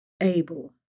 able